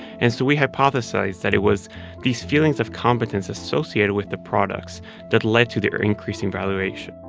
and so we hypothesized that it was these feelings of competence associated with the products that led to their increasing valuation